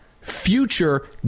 future